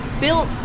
built